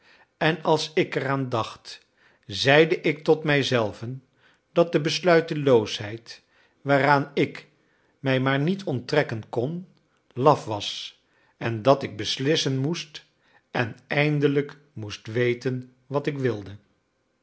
en als ik eraan dacht zeide ik tot mij zelven dat de besluiteloosheid waaraan ik mij maar niet onttrekken kon laf was en dat ik beslissen moest en eindelijk moest weten wat ik wilde